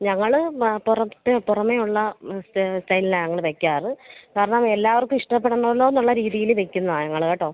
ഞങ്ങൾ ആ പുറത്ത് പുറമേയുള്ള സ്റ്റൈലിലാണ് ഞങ്ങൽ തയ്ക്കാറ് കാരണം എല്ലാവർക്കും ഇഷ്ടപ്പെടണമല്ലോ എന്നുള്ള രീതിയിൽ വെക്കുന്നതാണ് ഞങ്ങൾ കേട്ടോ